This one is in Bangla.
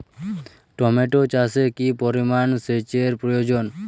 টমেটো চাষে কি পরিমান সেচের প্রয়োজন?